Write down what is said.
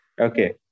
Okay